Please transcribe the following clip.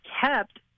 kept